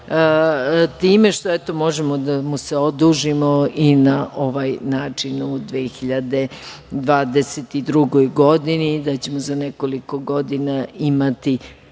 što, eto, možemo da mu se odužimo i na ovaj način u 2022. godini i da ćemo za nekoliko godina imati